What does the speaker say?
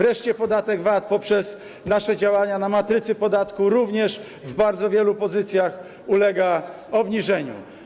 Wreszcie podatek VAT poprzez nasze działania na matrycy tego podatku również w bardzo wielu pozycjach ulega obniżeniu.